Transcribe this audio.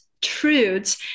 truths